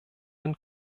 den